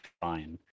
fine